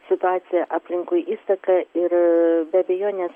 situaciją aplinkui įsaką ir be abejonės